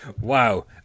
Wow